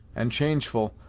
and changeful,